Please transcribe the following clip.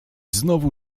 znowu